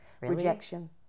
Rejection